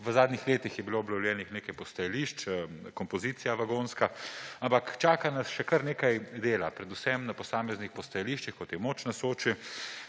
V zadnjih letih je bilo obnovljenih nekaj postajališč, kompozicija vagonska, ampak čaka nas še kar nekaj dela, predvsem na posameznih postajališčih, kot je Most na Soči,